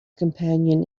companion